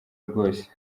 rwose